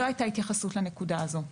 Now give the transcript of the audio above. לא הייתה התייחסות לנקודה הזו.